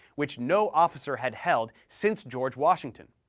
which no officer had held since george washington.